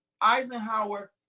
Eisenhower